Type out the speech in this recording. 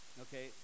Okay